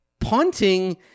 punting